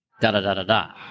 da-da-da-da-da